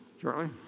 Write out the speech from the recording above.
Charlie